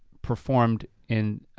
performed in